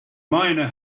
miner